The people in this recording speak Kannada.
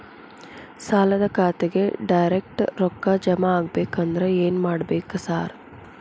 ಸಾಲದ ಖಾತೆಗೆ ಡೈರೆಕ್ಟ್ ರೊಕ್ಕಾ ಜಮಾ ಆಗ್ಬೇಕಂದ್ರ ಏನ್ ಮಾಡ್ಬೇಕ್ ಸಾರ್?